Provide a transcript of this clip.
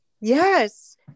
Yes